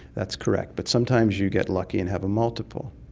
that's correct, but sometimes you get lucky and have a multiple.